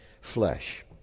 flesh